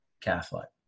Catholic